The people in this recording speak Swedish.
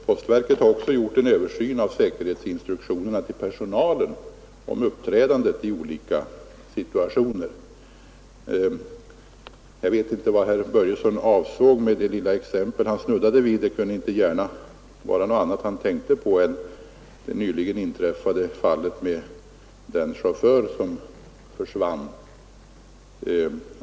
Postverket har också gjort en översyn av säkerhetsinstruktionerna till personalen om uppträdandet i olika situationer. Jag vet inte vad herr Börjesson avsåg med det lilla exempel som han snuddade vid. Det kunde inte gärna vara något annat han tänkte på än det nyligen inträffade fallet med den chaufför som försvann.